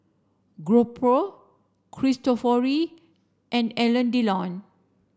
GoPro Cristofori and Alain Delon